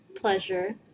pleasure